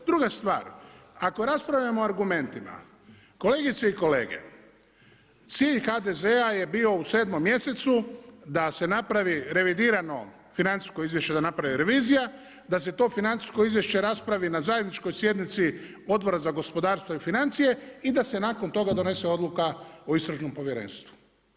Druga stvar, ako raspravljamo o argumentima kolegice i kolege cilj HDZ-a je bio u 7 mjesecu da se napravi revidirano financijsko izvješće, da napravi revizija, da se to financijsko izvješće raspravi na zajedničkoj sjednici Odbora za gospodarstvo i financije i da se nakon toga donese odluka o Istražnom povjerenstvu.